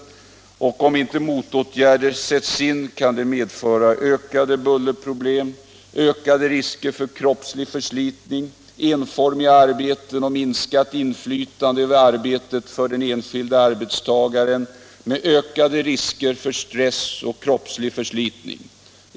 Om inte motåtgärder sätts in kan det medföra ökade bullerproblem, ökade risker för kroppslig förslitning, enformiga arbeten och minskat inflytande över arbetet för den enskilda arbetstagaren, med ökade risker för stress och kroppslig förslitning.